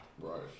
Right